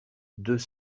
deux